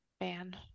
Man